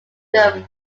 them